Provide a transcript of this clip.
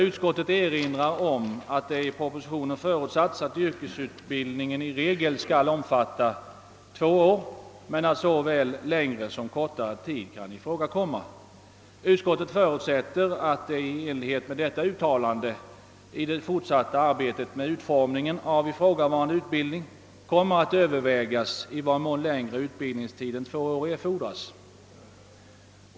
Utskottet erinrar därvidlag om att det i propositionen förutsatts att yrkesutbildningen i regel skall omfatta två år men att såväl längre som kortare tid skall ifrågakomma. Utskottet »förutsätter att det i enlighet med detta uttalande i det fortsatta arbetet med utformningen av ifrågavarande utbildning kommer att övervägas i vad mån längre utbildningstid än två år erford Tas».